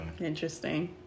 Interesting